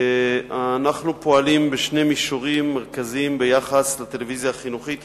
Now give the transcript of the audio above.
אנחנו פועלים בשני מישורים מרכזיים ביחס לטלוויזיה החינוכית.